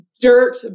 dirt